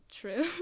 true